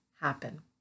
happen